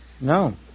no